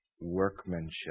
workmanship